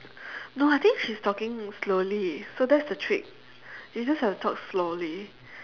no I think she's talking slowly so that's the trick you just have to talk slowly